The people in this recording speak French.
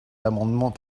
l’amendement